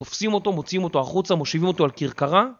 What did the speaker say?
תופסים אותו, מוציאים אותו החוצה, מושיבים אותו על כרכרה